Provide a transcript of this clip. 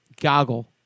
Goggle